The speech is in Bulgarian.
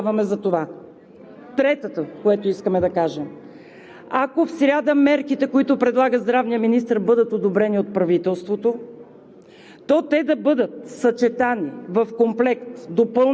И ето защо Ви предлагаме да го направите, и настояваме за това! Третото, което искаме да кажем. Ако в сряда мерките, които предлага здравният министър, бъдат одобрени от правителството,